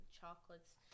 chocolates